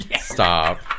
Stop